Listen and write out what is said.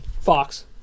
Fox